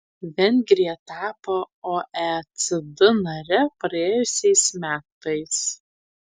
vengrija tapo oecd nare praėjusiais metais